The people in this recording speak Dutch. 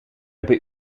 hebben